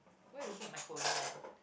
why you looking at my phone kan